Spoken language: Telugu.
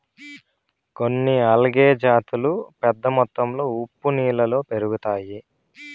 కొన్ని ఆల్గే జాతులు పెద్ద మొత్తంలో ఉప్పు నీళ్ళలో పెరుగుతాయి